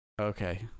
Okay